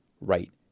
right